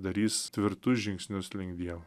darys tvirtus žingsnius lengviem